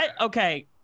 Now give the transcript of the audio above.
Okay